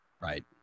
Right